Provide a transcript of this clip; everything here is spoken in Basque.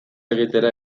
egitera